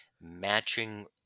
matching